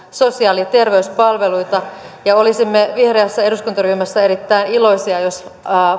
sosiaali ja terveyspalveluita ja olisimme vihreässä eduskuntaryhmässä erittäin iloisia jos